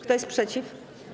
Kto jest przeciw?